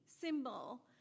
symbol